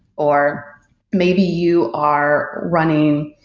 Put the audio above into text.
or maybe you are running.